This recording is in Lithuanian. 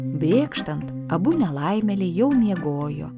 brėkštant abu nelaimėliai jau miegojo